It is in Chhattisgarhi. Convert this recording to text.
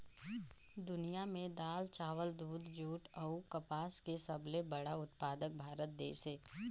दुनिया में दाल, चावल, दूध, जूट अऊ कपास के सबले बड़ा उत्पादक भारत देश हे